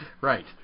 Right